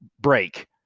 break